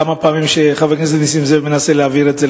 כמה פעמים שחבר הכנסת נסים זאב מנסה להעביר את זה.